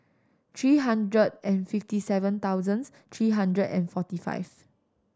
three hundred and fifty seven thousand three hundred and forty five